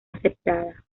aceptada